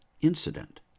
incident